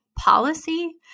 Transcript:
Policy